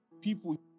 people